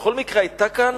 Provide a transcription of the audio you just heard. בכל מקרה, היתה כאן